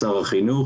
שר החינוך,